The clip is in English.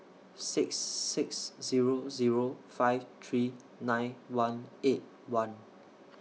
six six Zero Zero five three nine one eight one